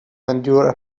endure